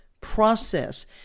process